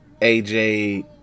AJ